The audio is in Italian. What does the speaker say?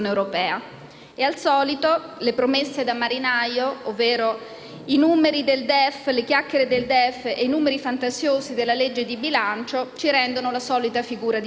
al solito le promesse da marinaio, ovvero le chiacchiere del DEF e i numeri fantasiosi della legge bilancio, ci rendono la solita figura da Pinocchio.